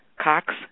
cox